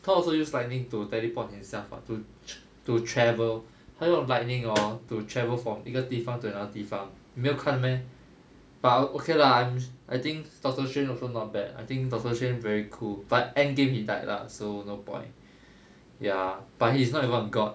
thor also use lightning to teleport himself [what] to tra~ to travel 他用 lightning hor to travel from 一个地方 to another 地方没有看 meh but okay lah I think doctor strange also not bad I think doctor strange very cool but end game he died lah so no point ya but he's not even a god